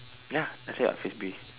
ya I say what Frisbee